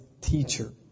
teacher